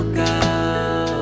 girl